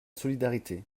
solidarité